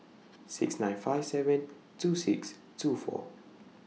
six nine five seven two six two four